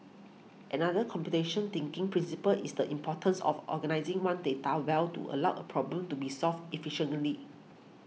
another computation thinking principle is the importance of organising one's data well to allow a problem to be solved efficiently